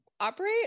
operate